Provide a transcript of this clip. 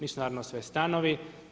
Nisu naravno sve stanovi.